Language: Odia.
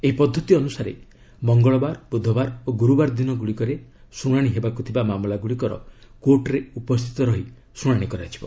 ଏହି ପଦ୍ଧତି ଅନୁସାରେ ମଙ୍ଗଳବାର ବୁଧବାର ଓ ଗୁରୁବାର ଦିନ ଗୁଡ଼ିକରେ ଶୁଣାଶି ହେବାକୁ ଥିବା ମାମଲା ଗୁଡ଼ିକର କୋର୍ଟ୍ରେ ଉପସ୍ଥିତ ରହି ଶୁଣାଶି କରାଯିବ